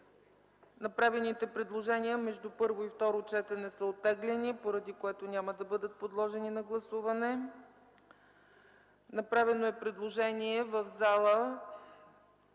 Направените предложения между първо и второ четене са оттеглени, поради което няма да бъдат подложени на гласуване. Направено е предложение в залата